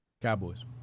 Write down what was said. Cowboys